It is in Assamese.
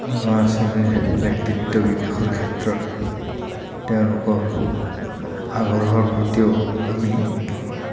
ল'ৰা ছোৱালীৰ ব্যক্তিত্ব বিকাশৰ ক্ষেত্ৰত তেওঁলোকৰ আগ্ৰহৰ প্ৰতিও আমি